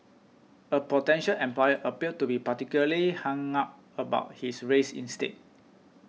a potential employer appeared to be particularly hung up about his race instead